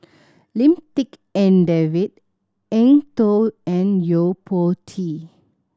Lim Tik En David Eng Tow and Yo Po Tee